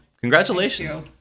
congratulations